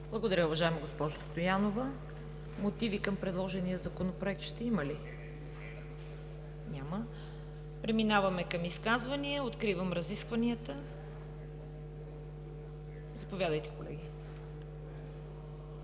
Благодаря Ви, уважаема госпожо Стоянова. Мотиви към предложения Законопроект ще има ли? Няма. Преминаваме към изказвания. Откривам разискванията. Заповядайте, колеги.